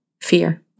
fear